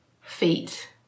feet